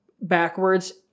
backwards